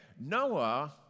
Noah